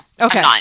Okay